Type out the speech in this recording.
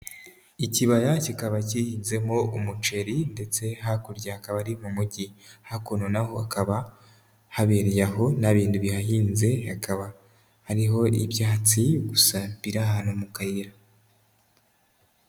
Ikibaya kikaba gihinzemo umuceri ndetse hakurya hakaba ari mu mujyi, hakuno naho hakaba habereye aho nta bindi bihahinze, hakaba hariho ibyatsi gusa biri ahantu mu kayira.